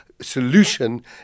solution